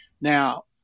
Now